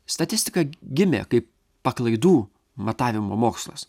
statistika gimė kaip paklaidų matavimo mokslas